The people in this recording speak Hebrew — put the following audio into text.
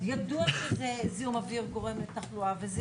ידוע שזה זיהום אוויר גורם לתחלואה וזה